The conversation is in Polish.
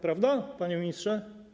Prawda, panie ministrze?